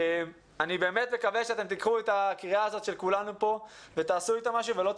אני מקווה שלא תזניחו את הנושא הזה.